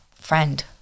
friend